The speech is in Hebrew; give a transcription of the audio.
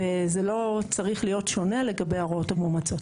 וזה לא צריך להיות שונה לגבי ההוראות המאומצות.